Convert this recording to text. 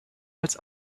als